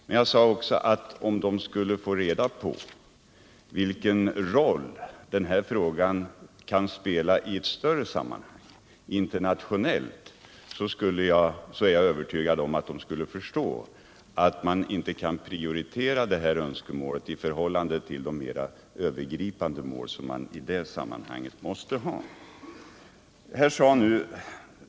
Men jag sade också att om de skulle få reda på vilken roll denna fråga kan spela i ett internationellt sammanhang är jag övertygad om att de skulle förstå att man inte kan prioritera deras önskemål i detta fall före de mera övergripande mål som vi i det här sammanhanget måste ha.